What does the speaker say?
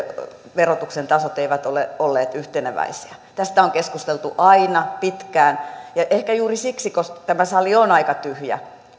verotuksen tasot eivät ole olleet yhteneväisiä tästä on keskusteltu aina pitkään ja ehkä juuri siksi tämä sali on aika tyhjä